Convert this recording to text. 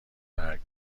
برگ